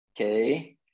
okay